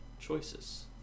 choices